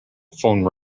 phone